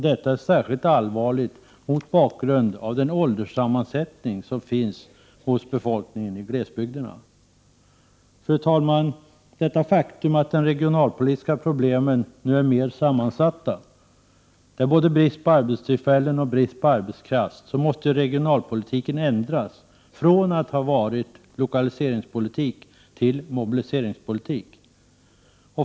Detta är särskilt allvarligt mot bakgrund av ålderssammansättningen hos befolkningen i glesbygden. Fru talman! De är ett faktum att de regionalpolitiska problemen nu är mer sammansatta. Det är brist både på arbetstillfällen och på arbetskraft. Därför måste regionalpolitiken ändras från att ha varit lokaliseringspolitik till att bli mobiliseringspolitik.